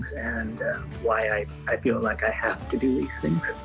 and why i i feel like i have to do these things.